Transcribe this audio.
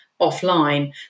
offline